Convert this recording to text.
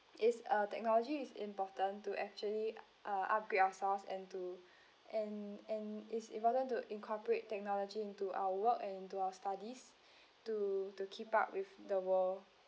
is a technology is important to actually uh upgrade ourselves and to and and it's important to incorporate technology into our work and to our studies to to keep up with the world